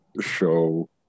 show